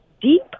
deep